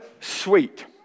sweet